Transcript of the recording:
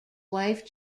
wife